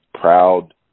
proud